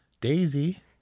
daisy